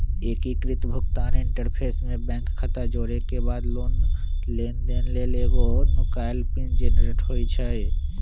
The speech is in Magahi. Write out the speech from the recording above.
एकीकृत भुगतान इंटरफ़ेस में बैंक खता जोरेके बाद लेनदेन लेल एगो नुकाएल पिन जनरेट होइ छइ